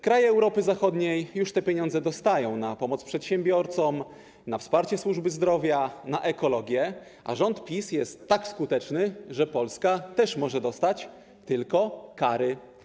Kraje Europy Zachodniej już dostają te pieniądze na pomoc przedsiębiorcom, na wsparcie służby zdrowia, na ekologię, a rząd PiS jest tak skuteczny, że Polska też może dostać - tylko że kary.